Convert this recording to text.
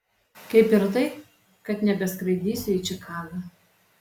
kaip ir tai kad nebeskraidysiu į čikagą